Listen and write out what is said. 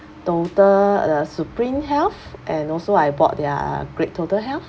total uh supreme health and also I bought their great total health